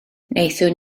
wnaethon